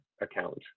account